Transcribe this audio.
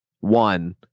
one